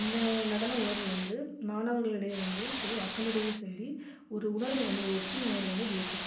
இந்த நடன உணர்வு வந்து மாணவர்கள் இடையே வந்தும் சரி மக்கள் இடையே சேர்ந்தி ஒரு உணர்வை வந்து ஒரு ஒற்றுமை உணர்வை வந்து அது ஏற்படுத்துது